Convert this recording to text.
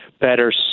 better